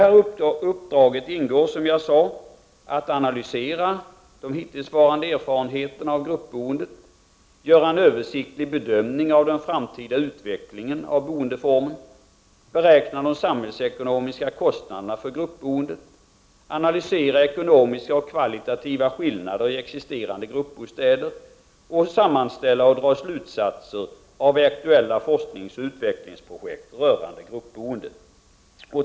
I uppdraget ingår, som jag sade, att analysera de hittillsvarande erfarenheterna av gruppboende, göra en översiktlig bedömning av den framtida utvecklingen av boendeformen, beräkna de samhällsekonomiska kostnaderna för gruppboende, analysera ekonomiska och kvalitativa skillnader i existerande gruppbostäder och sammanställa och dra slutsatser av aktuella forskningsoch utvecklingspro jekt rörande gruppboende.